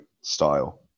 style